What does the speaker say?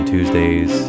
Tuesdays